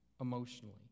emotionally